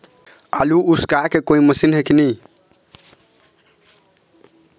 आलू उसकाय के कोई मशीन हे कि नी?